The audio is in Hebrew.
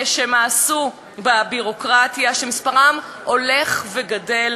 שמאסו בביורוקרטיה, שמספרם הולך וגדל,